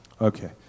Okay